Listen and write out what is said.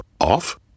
off